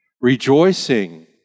rejoicing